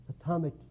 atomic